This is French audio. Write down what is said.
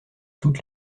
toute